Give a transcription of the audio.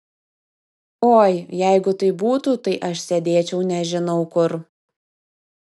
oi jeigu taip būtų tai aš sėdėčiau nežinau kur